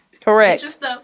Correct